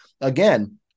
Again